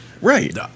right